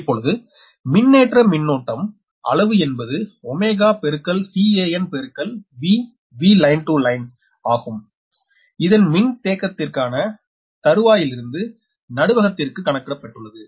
இப்பொழுது மின்னேற்ற மின்னோட்டம் அளவு என்பது 𝜔 ∗ 𝐶𝑎n ∗ 𝑉𝑉𝐿ine to Line ஆகும் இதன் மின்தேக்கத்திறன் தருவையிலிருந்து நடுவத்திற்கு கணக்கிடப்பட்டுள்ளது